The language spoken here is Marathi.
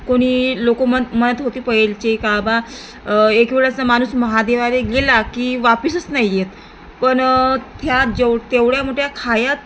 कोणी लोक मन मनत होते पहेलचे का बा एक वेळेस माणूस महादेवाला गेला की वापिसच नाही येत पण त्या जेव तेवढ्या मोठ्या खायात